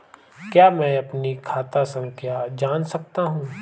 क्या मैं अपनी खाता संख्या जान सकता हूँ?